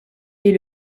est